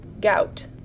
Gout